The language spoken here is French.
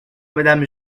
madame